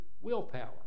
willpower